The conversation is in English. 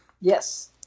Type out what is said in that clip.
yes